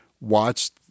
watched